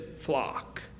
flock